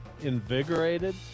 invigorated